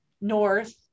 north